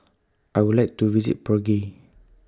I Would like to visit Prague